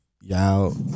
y'all